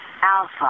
alpha